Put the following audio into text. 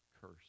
curse